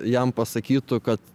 jam pasakytų kad